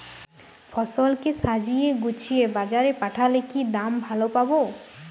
ফসল কে সাজিয়ে গুছিয়ে বাজারে পাঠালে কি দাম ভালো পাব?